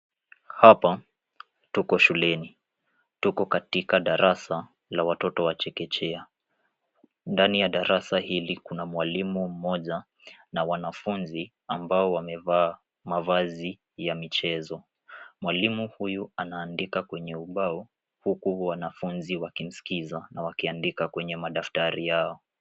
Hapa tuko shuleni. Tuko katika darasa la watoto wa chekechea. Ndani ya darasa hili kuna mwalimu mmoja na wanafunzi ambao wamevaa mavazi ya michezo. Mwalimu huyu anaandika kwenye ubao huku wanafunzi wakimskiza na wakiandika kwenye madaftari yao.